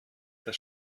das